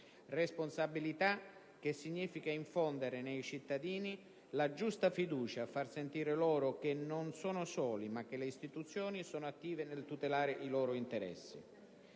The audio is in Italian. responsabilità che significa infondere nei cittadini la giusta fiducia, far sentire loro che non sono soli ma che le istituzioni sono attive nel tutelare i loro interessi;